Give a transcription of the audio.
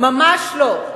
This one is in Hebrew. ממש לא.